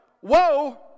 whoa